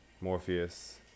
Morpheus